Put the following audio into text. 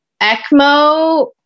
ECMO